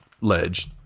ledge